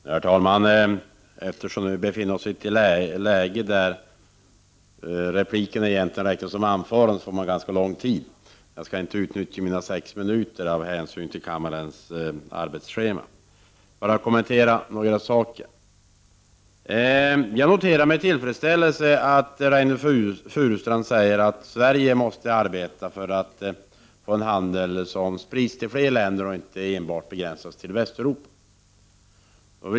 Herr talman! Eftersom vi befinner oss i ett läge där replikerna räknas som anföranden, får man tala sex minuter. Jag skall inte utnyttja hela den tiden av hänsyn till kammarens ansträngda arbetsschema. Låt mig dock kommentera ett par saker. Jag noterar med tillfredsställelse att Reynoldh Furustrand säger att Sverige måste arbeta för att få en handel som sprids till fler länder än enbart till länderna i Västeuropa.